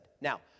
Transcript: Now